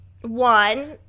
one